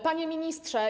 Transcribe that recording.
Panie Ministrze!